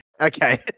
Okay